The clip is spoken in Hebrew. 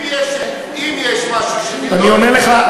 אם יש משהו שפתאום,